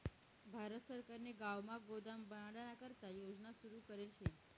भारत सरकारने गावमा गोदाम बनाडाना करता योजना सुरू करेल शे